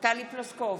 טלי פלוסקוב,